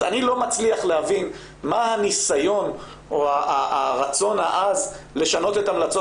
אז אני לא מצליח להבין מה הניסיון או הרצון העז לשנות את המלצות